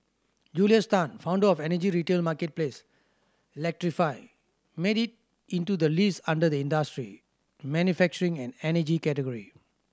Julius Tan founder of energy retail marketplace Electrify made it into the list under the industry manufacturing and energy category